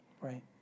Right